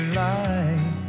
light